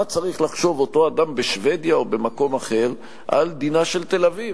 מה צריך לחשוב אותו אדם בשבדיה או במקום אחר על דינה של תל-אביב?